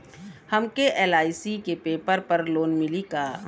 हमके एल.आई.सी के पेपर पर लोन मिली का?